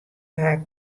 faak